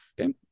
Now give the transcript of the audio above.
Okay